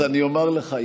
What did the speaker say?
אז אני אומר לך,